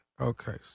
Okay